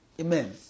amen